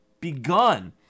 begun